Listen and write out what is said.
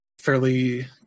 Fairly